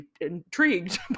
intrigued